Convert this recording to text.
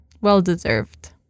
Well-deserved